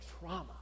trauma